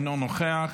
אינו נוכח,